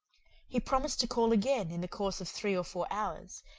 he promised to call again in the course of three or four hours,